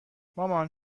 مامان